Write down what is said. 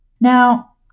Now